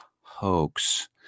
hoax